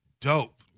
dope